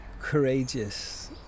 courageous